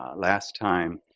ah last time,